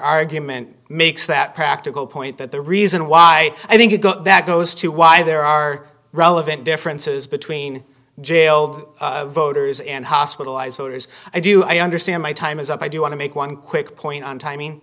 argument makes that practical point that the reason why i think that goes to why there are relevant differences between jailed voters and hospitalized voters i do understand my time is up i do want to make one quick point on